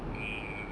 uh